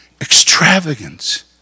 extravagance